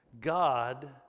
God